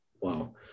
Wow